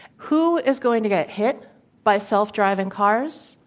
who is going to get hit by self-driving cars,